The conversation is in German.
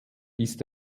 ist